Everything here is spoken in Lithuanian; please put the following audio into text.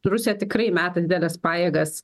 rusija tikrai meta dideles pajėgas